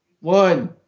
One